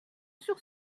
sur